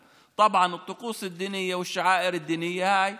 ואנו יודעים עד כמה קשה מה שאנחנו מבקשים,